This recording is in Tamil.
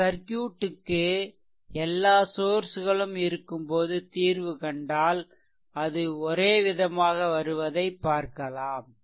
இந்த சர்க்யூட்க்கு எல்லா சோர்ஸ்களும் இருக்கும் போது தீர்வு கண்டால் அது ஒரேவிதமாக வருவதைப் பார்க்கலாம்